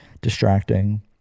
distracting